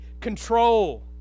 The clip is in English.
control